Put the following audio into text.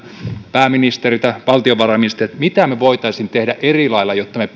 pääministeriltä tai valtiovarainministeriltä mitä me voisimme tehdä eri lailla jotta me